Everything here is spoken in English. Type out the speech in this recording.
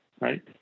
right